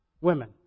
women